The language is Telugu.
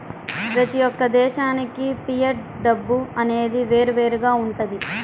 ప్రతి యొక్క దేశానికి ఫియట్ డబ్బు అనేది వేరువేరుగా వుంటది